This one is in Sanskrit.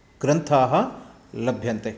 ग्रन्थाः लभ्यन्ते